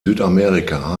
südamerika